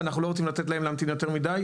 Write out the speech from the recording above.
ואנחנו לא רוצים לתת להם להמתין יותר מדי,